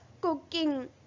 cooking